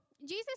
Jesus